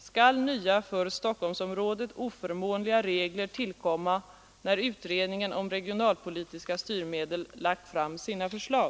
Skall nya, för Stockholmsområdet oförmån liga regler tillkomma, när utredningen om regionalpolitiska styrmedel lagt fram sina förslag?